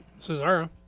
Cesaro